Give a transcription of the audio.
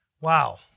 Wow